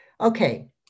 Okay